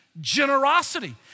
generosity